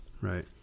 Right